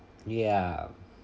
yup